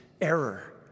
error